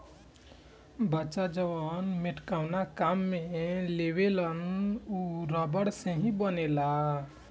बच्चा जवन मेटकावना काम में लेवेलसन उ रबड़ से ही न बनेला